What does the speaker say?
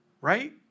Right